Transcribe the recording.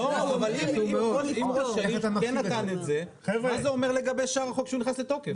אם ראש העיר כן נתן את זה מה זה אומר לגבי שאר החוק שהוא נכנס לתוקף?